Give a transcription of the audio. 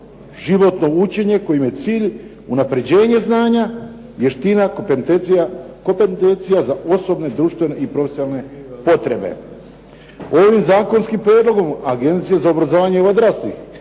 životno učenje kojem je cilj unapređenje znanja, vještina, kompetencija za osobne, društvene i profesionalne potrebe. Ovim Zakonskim prijedlogom Agencija za obrazovanje odraslih